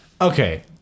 okay